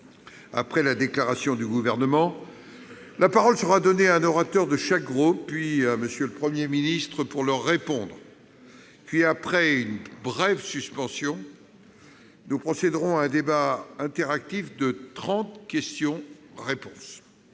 Après la déclaration du Gouvernement, la parole sera donnée à un orateur de chaque groupe, puis au Premier ministre pour leur répondre. Puis, après une courte suspension, nous procéderons à un débat interactif de trente questions-réponses.